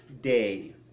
day